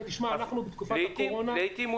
אנחנו בתקופת הקורונה --- לעיתים הוא